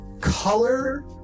color